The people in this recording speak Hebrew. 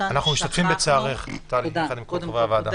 משתתפים בצערך, טלי, יחד עם כל חברי הוועדה.